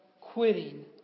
quitting